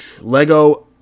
Lego